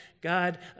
God